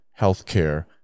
healthcare